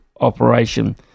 operation